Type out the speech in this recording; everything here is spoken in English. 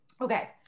okay